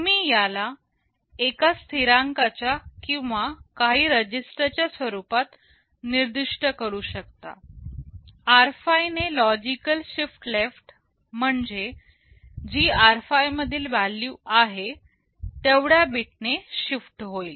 तुम्ही याला एका स्थिरांक च्या किंवा काही रजिस्टर च्या स्वरूपात निर्दिष्ट करू शकता r5 ने लॉजिकल शिफ्ट लेफ्ट म्हणजे जी r5 मधील व्हॅल्यू आहे तेवढ्या बिटने शिफ्ट होईल